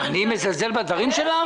אני מזלזל בדברים שלך?